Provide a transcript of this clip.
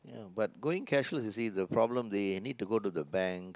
you know but going cashless you see the problem that ya you need to go the bank